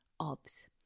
Ob's